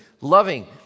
loving